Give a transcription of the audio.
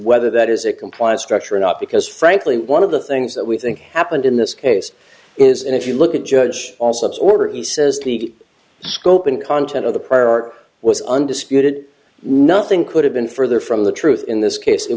whether that is a compliance structure or not because frankly one of the things that we think happened in this case is and if you look at judge also the order he says the scope and content of the prior art was undisputed nothing could have been further from the truth in this case it